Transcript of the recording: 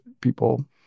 people